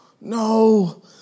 No